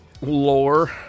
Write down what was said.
lore